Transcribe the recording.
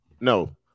no